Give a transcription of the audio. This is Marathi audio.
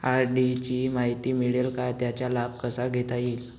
आर.डी ची माहिती मिळेल का, त्याचा लाभ कसा घेता येईल?